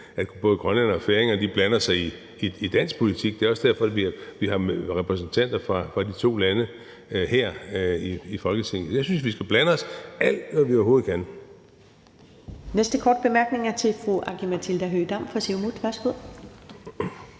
at både grønlændere og færinger blander sig i dansk politik. Det er også derfor, vi har repræsentanter fra de to lande her i Folketinget. Jeg synes, vi skal blande os, alt hvad vi overhovedet kan.